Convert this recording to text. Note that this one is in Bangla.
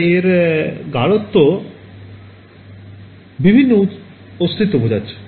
তাই এর গাঢ়ত্ব বিভিন্ন অস্তিত্ব বোঝাচ্ছে